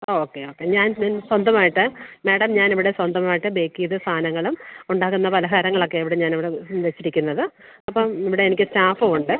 okay okay ഞാൻ ma'am സ്വന്തമായിട്ട് madam ഞാൻ ഇവിടെ സ്വന്തമായിട്ട് ബേക്ക് ചെയ്ത് സാധനങ്ങളും ഉണ്ടാക്കുന്ന പലഹാരങ്ങളൊക്കെ ഇവിടെ ഞാൻ ഇവിടെ വെച്ചിരിക്കുന്നത് അപ്പം ഇവിടെ എനിക്ക് സ്റ്റാഫുമുണ്ട്